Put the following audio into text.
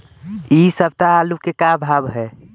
इ सप्ताह आलू के का भाव है?